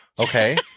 Okay